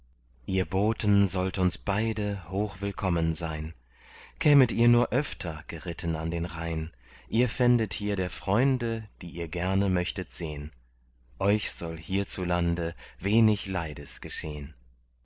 ihr boten sollt uns beide hochwillkommen sein kämet ihr nur öfter geritten an den rhein ihr fändet hier der freunde die ihr gerne möchtet sehn euch sollte hier zulande wenig leides geschehn